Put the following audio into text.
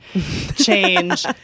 change